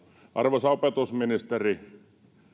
arvoisa opetusministeri